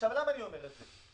עכשיו, למה אני אומר את זה?